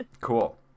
Cool